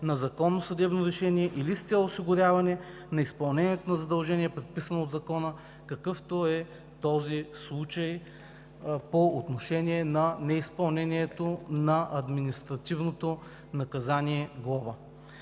на законно съдебно решение или с цел осигуряване на изпълнението на задължение, предписано от закона“, какъвто е този случай по отношение на неизпълнението на административното наказание „глоба“.